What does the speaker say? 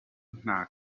nta